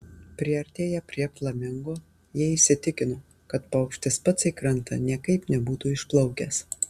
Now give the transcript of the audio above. priartėję prie flamingo jie įsitikino kad paukštis pats į krantą niekaip nebūtų išplaukęs